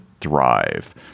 thrive